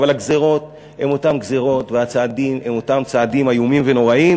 אבל הגזירות הן אותן גזירות והצעדים הם אותם צעדים איומים ונוראים,